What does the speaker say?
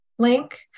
link